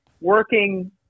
working